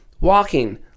walking